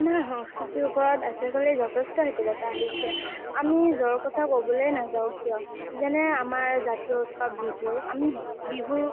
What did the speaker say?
আমাৰ সংস্কৃতিৰ ওপৰত আজিকালি যথেষ্ট শিথিলতা আহিছে আমি য'ৰ কথা ক'বলৈ নাযাওঁ কিয় যেনে আমাৰ জাতীয় উৎসৱ বিহু আমি বিহুৰ